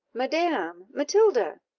madam! matilda!